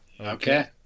Okay